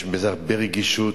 יש בזה הרבה רגישות.